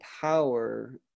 power